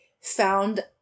found